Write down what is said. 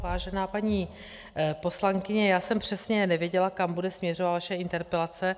Vážená paní poslankyně, já jsem přesně nevěděla, kam bude směřovat vaše interpelace.